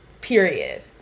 Period